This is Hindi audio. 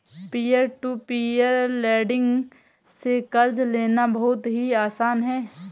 पियर टू पियर लेंड़िग से कर्ज लेना बहुत ही आसान है